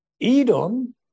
Edom